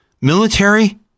military